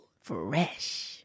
Fresh